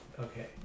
okay